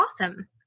awesome